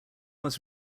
was